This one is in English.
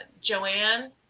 Joanne